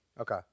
Okay